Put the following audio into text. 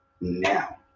now